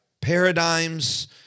Paradigms